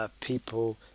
People